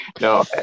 No